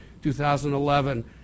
2011